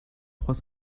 trois